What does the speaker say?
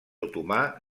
otomà